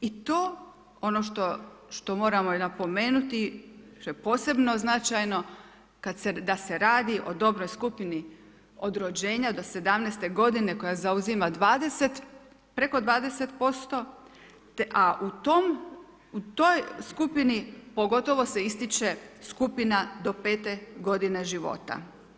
I to, ono što moramo napomenuti, što je posebno značajno, da se radi o dobnoj skupini od rođenja do 17.godine koja zauzima preko 20%, a u toj skupini pogotovo se ističe skupina do 5. godine života.